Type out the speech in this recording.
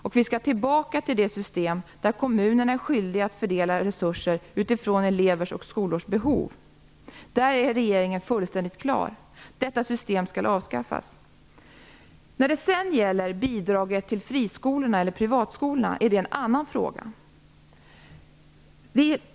Vi skall tillbaka till ett system där kommunerna är skyldiga att fördela resurser utifrån elevers och skolors behov. På den punkten är regeringen fullständigt klar. Detta system skall avskaffas. Bidraget till friskolorna eller privatskolorna är en annan fråga.